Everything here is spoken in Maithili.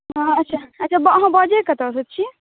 हँ हँ अच्छा अच्छाअहाँ बजैत बजैत कतयसँ छियै